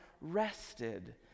rested